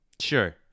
Sure